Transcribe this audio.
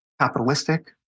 capitalistic